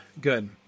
Good